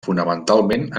fonamentalment